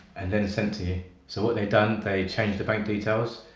and then sent to you. so what they'd done, they changed the bank details,